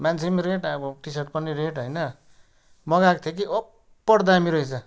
मान्छे पनि रेड अब टी सर्ट पनि रेड होइन मगाएको थिएँ कि ओभर दामी रहेछ